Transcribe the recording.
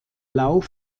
lauf